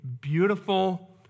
beautiful